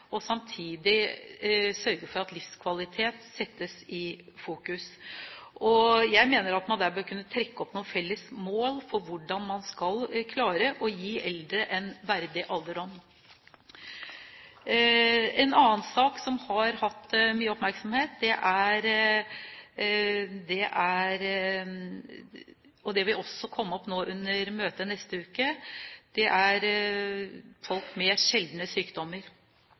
og samtidig sørge for at livskvalitet settes i fokus. Jeg mener at man der bør kunne trekke opp noen felles mål for hvordan man skal klare å gi eldre en verdig alderdom. En annen sak som har hatt mye oppmerksomhet – og det vil også komme opp nå under møtet neste uke – er folk med sjeldne sykdommer.